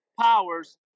Powers